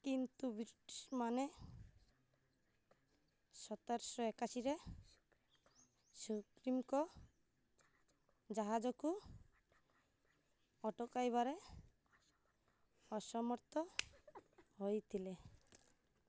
କିନ୍ତୁ ବ୍ରିଟିଶମାନେ ସତରଶହ ଏକାଅଶୀରେ ସୁପ୍ରିନଙ୍କ ଜାହାଜକୁ ଅଟକାଇବାରେ ଅସମର୍ଥ ହେଇଥିଲେ